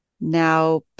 now